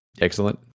Excellent